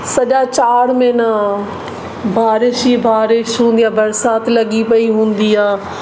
सॼा चारि महीना बारिश ई बारिश हूंदी आहे बरसाति लॻी पई हूंदी आहे